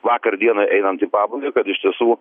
vakar dienai einant į pabaigą kad iš tiesų